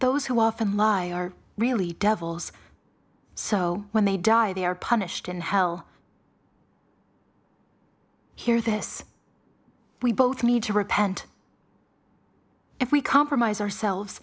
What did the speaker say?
those who often lie are really devils so when they die they are punished in hell here this we both need to repent if we compromise ourselves